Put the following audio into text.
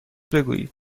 بگویید